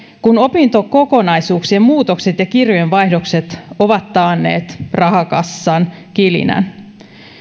kun opintokokonaisuuksien muutokset ja kirjojen vaihdokset ovat taanneet rahakassan kilinän